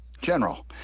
General